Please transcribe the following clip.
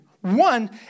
One